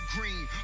Green